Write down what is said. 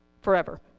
forever